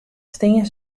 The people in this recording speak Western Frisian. stean